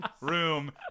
room